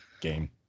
game